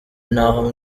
n’aho